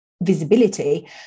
visibility